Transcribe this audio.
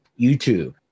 YouTube